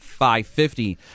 550